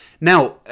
now